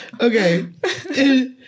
okay